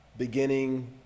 beginning